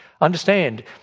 Understand